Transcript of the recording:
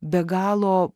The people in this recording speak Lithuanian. be galo